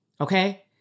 Okay